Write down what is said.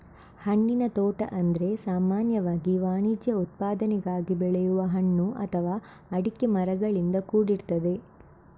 ಹಣ್ಣಿನ ತೋಟ ಅಂದ್ರೆ ಸಾಮಾನ್ಯವಾಗಿ ವಾಣಿಜ್ಯ ಉತ್ಪಾದನೆಗಾಗಿ ಬೆಳೆಯುವ ಹಣ್ಣು ಅಥವಾ ಅಡಿಕೆ ಮರಗಳಿಂದ ಕೂಡಿರ್ತದೆ